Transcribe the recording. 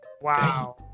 Wow